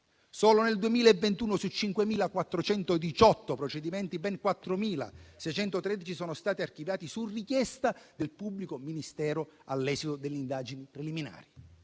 Solo nel 2021, su 5.418 procedimenti ben 4.613 sono stati archiviati su richiesta del pubblico ministero, all'esito delle indagini preliminari.